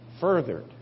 furthered